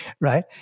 Right